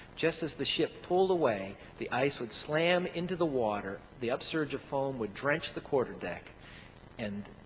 just as the ship pulled away the ice would slam into the water, the upsurge of foam would drench the quarterdeck and